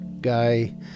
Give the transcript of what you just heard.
guy